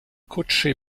coachée